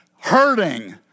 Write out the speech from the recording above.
hurting